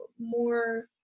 more